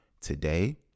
Today